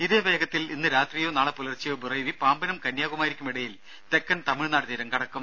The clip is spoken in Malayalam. ഇതേ വേഗത്തിൽ ഇന്ന് രാത്രിയോ നാളെ പുലർച്ചയോ ബുറെവി പാമ്പനും കന്യാകുമാരിക്കും ഇടയിൽ തെക്കൻ തമിഴ്നാട് തീരം കടക്കും